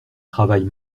travaille